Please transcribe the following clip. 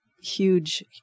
huge